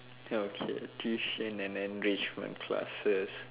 okay tuition and enrichment classes